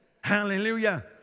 Hallelujah